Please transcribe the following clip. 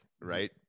right